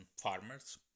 farmers